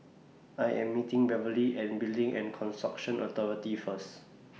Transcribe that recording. I Am meeting Beverley At Building and Construction Authority First